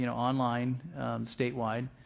you know online statewide,